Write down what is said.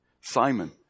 Simon